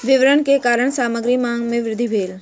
विपरण के कारण सामग्री मांग में वृद्धि भेल